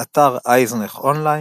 אתר אייזנך אונליין